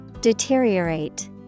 deteriorate